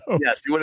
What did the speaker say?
Yes